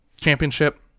championship